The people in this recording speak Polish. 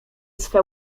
swe